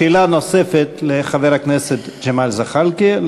שאלה נוספת לחבר הכנסת ג'מאל זחאלקה.